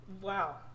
Wow